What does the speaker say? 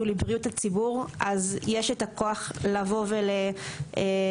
לבריאות הציבור אז יש את הכוח לבוא ולהקדים.